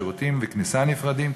שירותים וכניסה נפרדים,